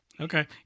Okay